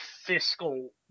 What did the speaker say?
fiscal